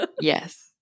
Yes